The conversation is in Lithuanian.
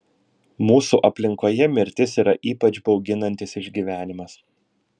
mūsų aplinkoje mirtis yra ypač bauginantis išgyvenimas